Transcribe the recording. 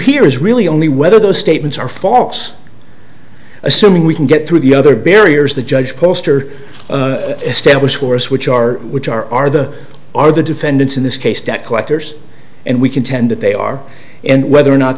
here is really only whether those statements are false assuming we can get through the other barriers the judge poster established for us which are which are are the are the defendants in this case debt collectors and we contend that they are and whether or not